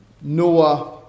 Noah